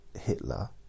Hitler